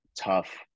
tough